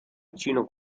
vicino